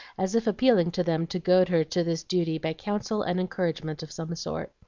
as if appealing to them to goad her to this duty by counsel and encouragement of some sort.